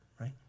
right